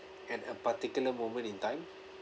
at a particular moment in time